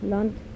Land